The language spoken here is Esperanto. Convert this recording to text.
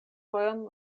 fojon